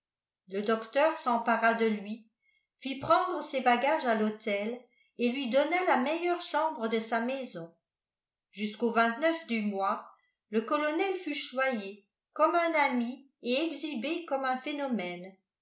le docteur s'empara de lui fit prendre ses bagages à l'hôtel et lui donna la meilleure chambre de sa maison jusqu'au du mois le colonel fut choyé comme un ami et exhibé comme un phénomène